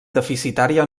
deficitària